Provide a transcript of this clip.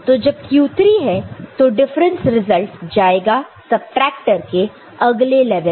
तो जब q3 है तो डिफरेंस रिजल्ट जाएगा सबट्रैक्टर के अगले लेवल पर